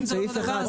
זה אותו דבר.